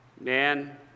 Man